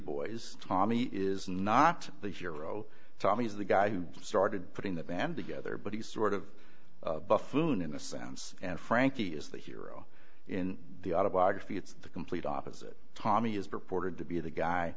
boys tommy is not the hero tommy is the guy who started putting the band together but he sort of buffoon in a sense and frankie is the hero in the autobiography it's the complete opposite tommy is reported to be the guy